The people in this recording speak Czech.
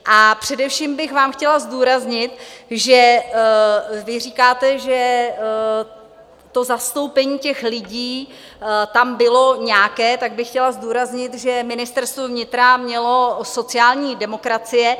A především bych vám chtěla zdůraznit, že vy říkáte, že zastoupení těch lidí tam bylo nějaké, tak bych chtěla zdůraznit, že Ministerstvo vnitra měla sociální demokracie.